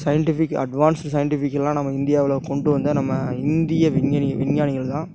scientific advanced சயின்டிஃபிக்லாக நம்ம இந்தியாவில் கொண்டு வந்த நம்ம இந்திய விஞ்ஞானிகள் தான்